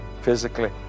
physically